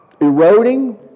eroding